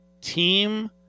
team